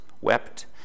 wept